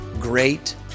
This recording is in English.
great